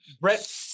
Brett